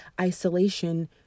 isolation